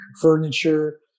furniture